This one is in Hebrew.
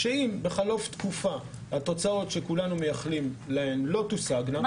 שאם בחלוף תקופה התוצאות שכולנו מייחלים אליהן לא תושגנה,